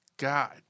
God